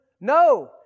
No